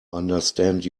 understand